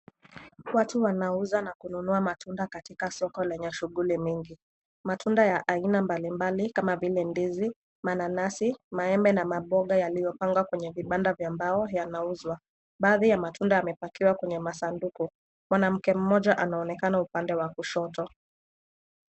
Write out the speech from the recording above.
Watu wanauza, na kununua matunda, katika soko lenye shughuli mingi. Matunda ya aina mbalimbali kama vile ndizi, mananasi, maembe na maboga yaliopangwa kwenye vibanda vya mbao, yanauzwa. Baadhi ya matunda yamepakiwa kwenye masanduku, mwanamke mmoja anaonekana upande wa kushoto.